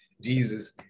Jesus